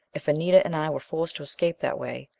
if anita and i were forced to escape that way,